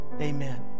amen